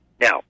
Now